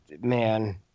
man